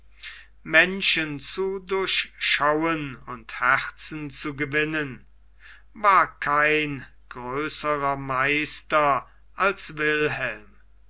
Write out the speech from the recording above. menschen zu durchschauen und herzen zu gewinnen war kein größerer meister als wilhelm